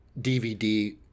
DVD